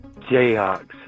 Jayhawks